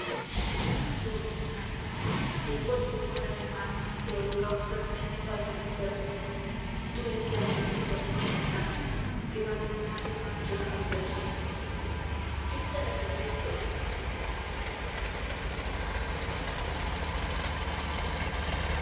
a fuerza de volar en vano te holocaustas en ópalos dispersos tú eres talvez mi corazón gitano que vaga en el azul llorando versos